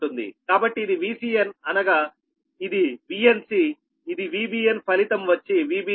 కాబట్టి ఇది Vcn అనగా ఇది Vncఇది Vbn ఫలితం వచ్చి Vbc